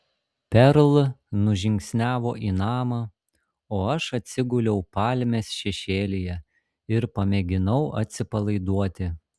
perl nužingsniavo į namą o aš atsiguliau palmės šešėlyje ir pamėginau atsipalaiduoti